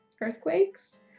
earthquakes